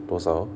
多少